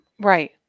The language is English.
Right